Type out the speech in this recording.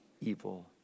evil